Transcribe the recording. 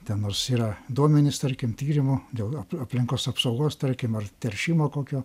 ten nors yra duomenys tarkim tyrimų dėl ap aplinkos apsaugos tarkim ar teršimo kokio